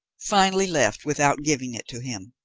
finally left without giving it to him.